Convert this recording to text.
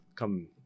come